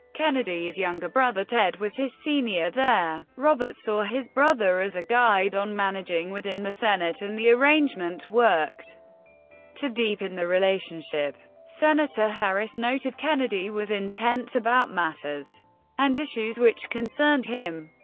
kennedy's younger brother ted was his senior there. robert saw his brother as a guide on managing within the senate and the arrangement worked to deepen their relationship. senator harris noted, kennedy was intense about matters and issues which concerned him.